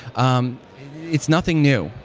um it's nothing new.